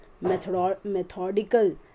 methodical